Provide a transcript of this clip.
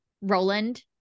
Roland